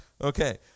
Okay